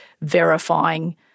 verifying